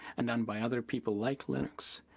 and done by other people like linux.